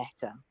better